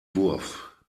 wurf